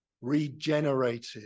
regenerated